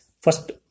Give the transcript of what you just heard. first